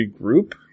regroup